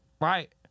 Right